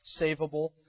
savable